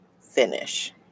finish